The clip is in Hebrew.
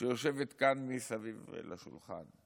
שיושבת כאן מסביב לשולחן.